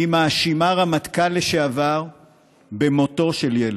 היא מאשימה רמטכ"ל לשעבר במותו של ילד.